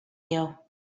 you